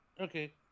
Okay